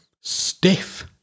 stiff